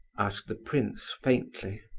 asked the prince, faintly.